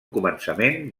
començament